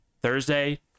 Thursday